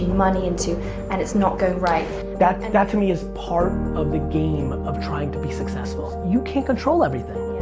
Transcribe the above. money into and it's not going right that to and to me is part of the game of trying to be successful. you can't control everything.